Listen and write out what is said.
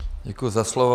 Děkuju za slovo.